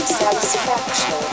satisfaction